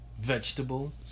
vegetable